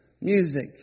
music